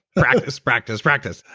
practice, practice, practice.